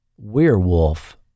WEREWOLF